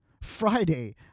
Friday